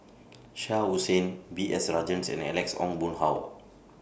Shah Hussain B S Rajhans and Alex Ong Boon Hau